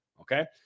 okay